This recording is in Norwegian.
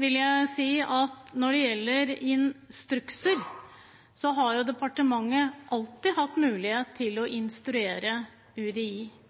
vil jeg si at når det gjelder instrukser, har departementet alltid hatt mulighet til å instruere UDI.